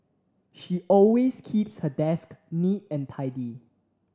she always keeps her desk neat and tidy